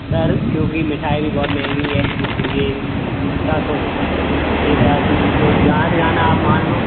sir क्योंकि मिठाई भी बहुत महंगी है इस लिए इतना तो हो पाएगा एक हज़ार से नीचे ज़्यादा से ज़्यादा आप मान लो